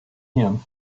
him